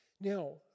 now